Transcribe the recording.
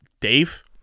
Dave